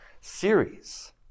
series